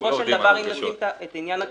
שבסופו של דבר אם נשים את עניין הכספים,